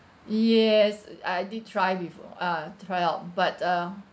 yes uh I I did try before ah try out but uh